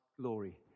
glory